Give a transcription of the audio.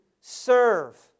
serve